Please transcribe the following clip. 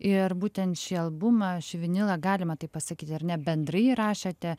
ir būtent šį albumą šį vinilą galima taip pasakyti ar ne bendrai įrašėte